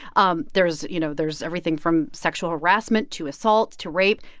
um there is you know, there's everything from sexual harassment to assault to rape.